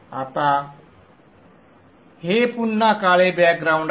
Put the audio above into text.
आता हे पुन्हा काळे बॅकग्राऊंड आहे